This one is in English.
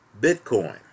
Bitcoin